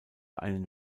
einen